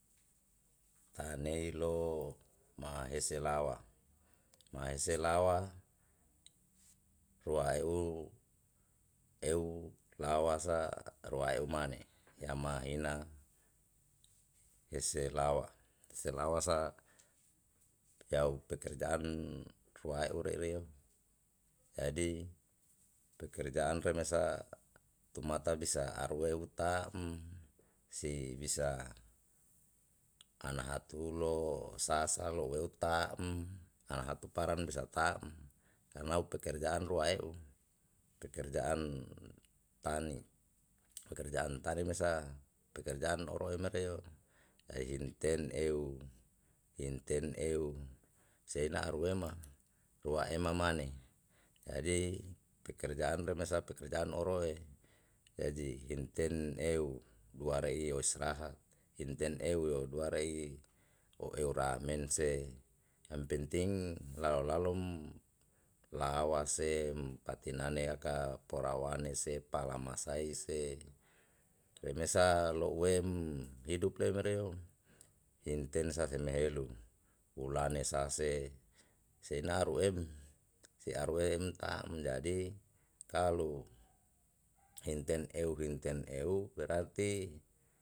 nei lo ma hese lawa, ma hese lawa wa'a eu eu lawa sa ruae umane yama ina hese lawa hese lawa sa yau pekerjan rua'u rere. jadi pekerjaan remesa tumata bisa arua u ta'm si bisa an hatu lo sasalo ue taa'm ana hatu param bisa ta'm karna pekerjaanru e'u, pekerjaan tani pekerjaan tani mesa pekerjaan oroe mereo ehim ten eu im ten eu seina aruema rua ema mane jadi pekerjaanru mesa pekerjaan oroe jadi imten eu dua reio strahat imten eu dua rei u eo ramense yang penting lalo lalom lawasem patinane yaka polawane sepa lamasae ise remesa lo'uem hidup leu mereo, intensa semehelu ulane sase sei naru em sei aruem tam jadi kalu hinten eu rinten eu berati.